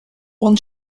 one